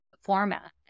format